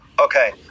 Okay